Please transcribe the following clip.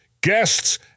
guests